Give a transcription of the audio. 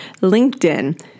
LinkedIn